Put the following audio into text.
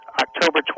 October